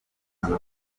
imana